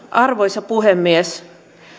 arvoisa puhemies